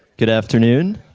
good afternoon.